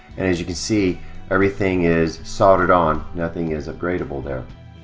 and as you can see everything is soldered on nothing is upgradeable there